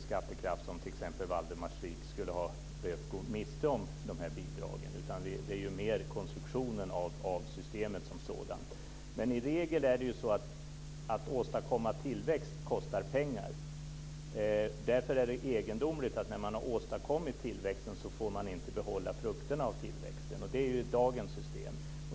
skattekraft för sina uppgifter, som t.ex. Valdemarsvik, skulle ha behövt gå miste om de här bidragen. Det handlar mer om konstruktionen av systemet som sådant. I regel kostar det pengar att åstadkomma tillväxt. Därför är det egendomligt att den som har åstadkommit tillväxt inte får behålla frukterna av den tillväxten. Det är ju dagens system.